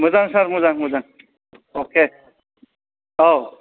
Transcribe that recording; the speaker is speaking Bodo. मोजां सार मोजां मोजां अके औ